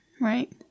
right